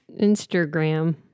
Instagram